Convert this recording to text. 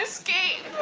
escape